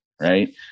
Right